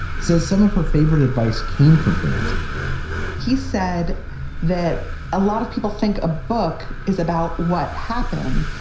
says some of her favorite advice came from franzen he said that a lot of people think a book is about what happened,